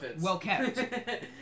well-kept